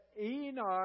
Enoch